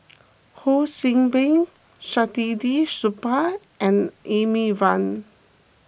Ho See Beng Saktiandi Supaat and Amy Van